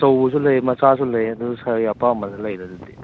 ꯑꯆꯧꯕꯁꯨ ꯂꯩ ꯃꯆꯥꯁꯨ ꯂꯩ ꯑꯗꯨ ꯁꯥꯔꯒꯤ ꯑꯄꯥꯝꯕꯗ ꯂꯩꯔꯦ ꯑꯗꯨꯗꯤ